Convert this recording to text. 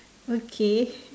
okay